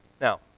Now